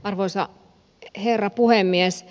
arvoisa herra puhemies